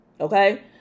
okay